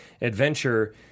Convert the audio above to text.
adventure